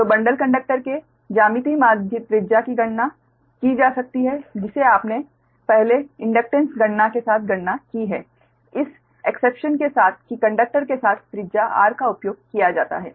तो bundle conductor के ज्यामितीय माध्य त्रिज्या की गणना की जा सकती है जिसे आपने पहले इंडक्टेंस गणना के साथ गणना की है इस एक्सेप्शन के साथ कि कंडक्टर के साथ त्रिज्या r का उपयोग किया जाता है